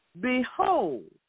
Behold